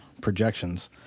projections